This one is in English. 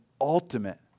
ultimate